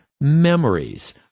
memories